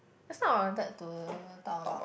just now I wanted to talk about